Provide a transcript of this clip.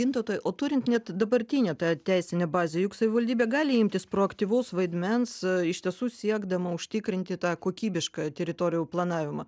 gintautai o turint net dabartinę tą teisinę bazę juk savivaldybė gali imtis proaktyvaus vaidmens iš tiesų siekdama užtikrinti tą kokybišką teritorijų planavimą